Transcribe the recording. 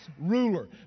ruler